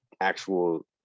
actual